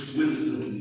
wisdom